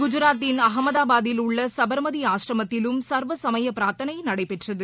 குஜராத்தின் அகமதபாத்தில் உள்ள சபர்மதி ஆஸ்ரமத்திலும் சர்வசமய பிரார்த்தனை நடைபெற்றது